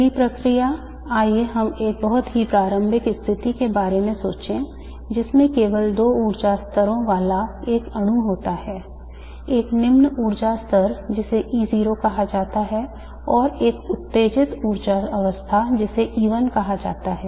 पहली प्रक्रिया आइए हम एक बहुत ही प्रारंभिक स्थिति के बारे में सोचें जिसमें केवल दो ऊर्जा स्तरों वाला एक अणु होता है एक निम्न ऊर्जा स्तर जिसे E0 कहा जाता है और एक उत्तेजित ऊर्जा अवस्था जिसे E1 कहा जाता है